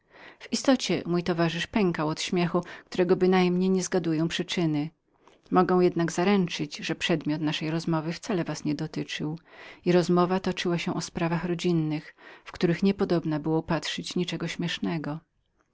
w istocie mój towarzysz pękał od śmiechu którego bynajmniej nie zgaduję przyczyny mogę jednak zaręczyć że przedmiot naszej rozmowy wcale was niedotyczył i że toczył się o sprawach rodzinnych w których niepodobna było upatrzyć cośkolwiek śmiesznego